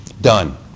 Done